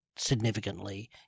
significantly